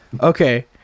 okay